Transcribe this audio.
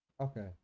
Okay